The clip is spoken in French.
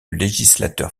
législateur